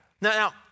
Now